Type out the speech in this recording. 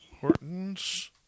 Hortons